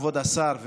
כבוד השר,